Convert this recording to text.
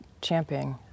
championing